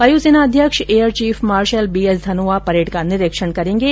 वायुसेना अध्यक्ष air chief marshal B S Dhanoa parade का निरीक्षण करेंगे